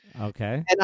Okay